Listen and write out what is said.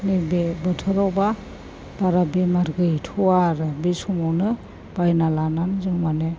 माने बे बोथोरावब्ला बारा बेमार गैथ'वा आरो बे समावनो बायना लानानै जों माने